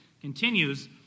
continues